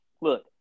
look